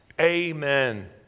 Amen